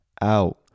out